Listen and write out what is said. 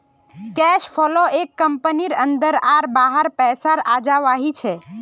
cash flow एक कंपनीर अंदर आर बाहर पैसार आवाजाही छे